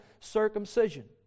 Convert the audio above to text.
circumcision